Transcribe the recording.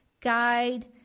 guide